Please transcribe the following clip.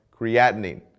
creatinine